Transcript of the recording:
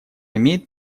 имеет